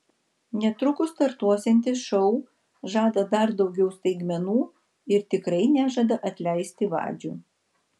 netrukus startuosiantis šou žada dar daugiau staigmenų ir tikrai nežada atleisti vadžių